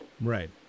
Right